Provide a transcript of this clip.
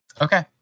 okay